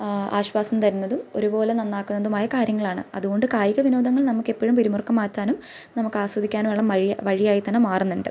ആശ്വാസം തരുന്നതും ഒരുപോലെ നന്നാക്കുന്നതുമായ കാര്യങ്ങളാണ് അതുകൊണ്ട് കായിക വിനോദങ്ങൾ നമുക്ക് എപ്പോഴും പിരിമുറുക്കം മാറ്റാനും നമുക്ക് ആസ്വദിക്കാനുള്ള മഴിയാ വഴിയായി തന്നെ മാറുന്നുണ്ട്